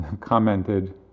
commented